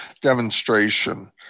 demonstration